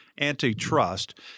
Antitrust